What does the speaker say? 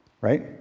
right